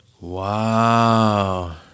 Wow